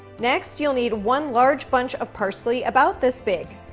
next, you'll need one large bunch of parsley about this big.